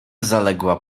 zaległa